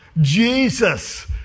Jesus